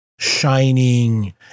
Shining